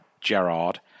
Gerard